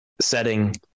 setting